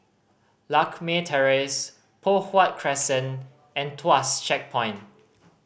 Lakme Terrace Poh Huat Crescent and Tuas Checkpoint